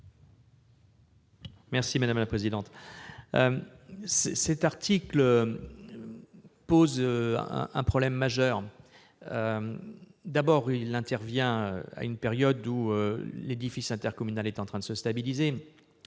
explication de vote. Cet article pose un problème majeur. Il intervient à une période où l'édifice intercommunal est en train de se stabiliser.